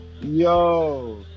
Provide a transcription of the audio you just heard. Yo